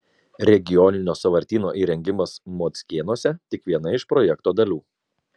regioninio sąvartyno įrengimas mockėnuose tik viena iš projekto dalių